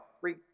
three